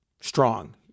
strong